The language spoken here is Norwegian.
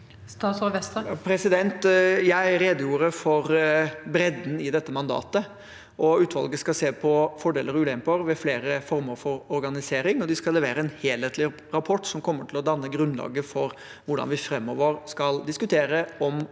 rede- gjorde for bredden i dette mandatet. Utvalget skal se på fordeler og ulemper ved flere former for organisering, og de skal levere en helhetlig rapport som kommer til å danne grunnlaget for hvordan vi framover skal diskutere om